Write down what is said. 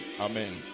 Amen